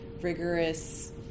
rigorous